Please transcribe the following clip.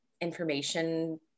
information